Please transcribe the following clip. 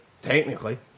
technically